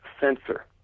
sensor